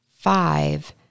five